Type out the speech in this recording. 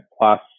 plus